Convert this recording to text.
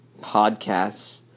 podcasts